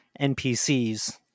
NPCs